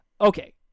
Okay